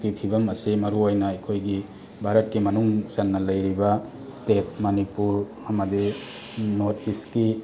ꯒꯤ ꯐꯤꯕꯝ ꯑꯁꯦ ꯃꯔꯨ ꯑꯣꯏꯅ ꯑꯩꯈꯣꯏꯒꯤ ꯚꯥꯔꯠꯀꯤ ꯃꯅꯨꯡ ꯆꯟꯅ ꯂꯩꯔꯤꯕ ꯏꯁꯇꯦꯠ ꯃꯅꯤꯄꯨꯔ ꯑꯃꯗꯤ ꯅꯣꯔꯠ ꯏꯁꯀꯤ